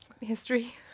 history